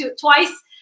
twice